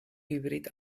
hybrid